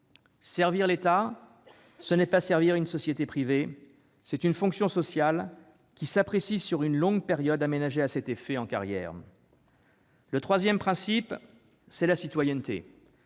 Servir l'État, ce n'est pas servir une société privée : c'est une fonction sociale, qui s'apprécie sur une longue période aménagée à cet effet en carrière. Le troisième, c'est la citoyenneté.